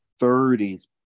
30s